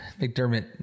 McDermott